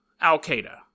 Al-Qaeda